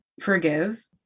forgive